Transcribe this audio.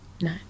no